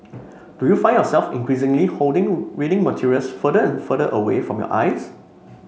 do you find yourself increasingly holding reading materials further and further away from your eyes